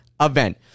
event